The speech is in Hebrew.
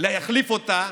להחליף אותה